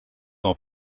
are